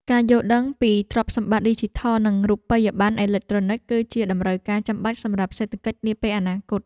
ការយល់ដឹងពីទ្រព្យសម្បត្តិឌីជីថល និងរូបិយប័ណ្ណអេឡិចត្រូនិច គឺជាតម្រូវការចាំបាច់សម្រាប់សេដ្ឋកិច្ចនាពេលអនាគត។